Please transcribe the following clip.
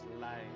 lying